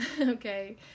Okay